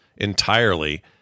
entirely